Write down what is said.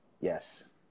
Yes